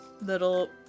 little